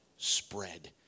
Spread